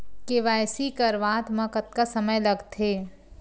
KYC करवात म कतका समय लगथे?